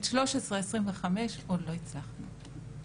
את 1325 עוד לא הצלחנו.